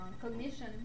cognition